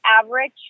average